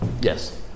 Yes